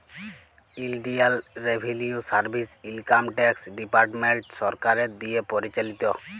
ইলডিয়াল revenue service income tax department সরকারের দিঁয়ে পরিচালিত